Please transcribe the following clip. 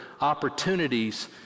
opportunities